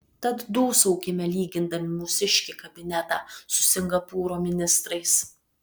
tad dūsaukime lygindami mūsiškį kabinetą su singapūro ministrais